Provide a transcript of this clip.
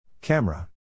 Camera